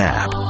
app